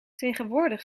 tegenwoordig